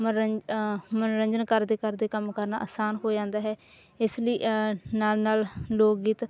ਮਨੋਰੰ ਮਨੋਰੰਜਨ ਕਰਦੇ ਕਰਦੇ ਕੰਮ ਕਰਨਾ ਆਸਾਨ ਹੋ ਜਾਂਦਾ ਹੈ ਇਸ ਲਈ ਨਾਲ ਨਾਲ ਲੋਕ ਗੀਤ